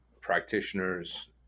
practitioners